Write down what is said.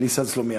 ניסן סלומינסקי.